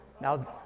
now